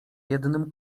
jednym